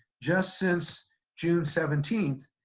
just since june seventeenth,